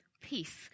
peace